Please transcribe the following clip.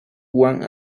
one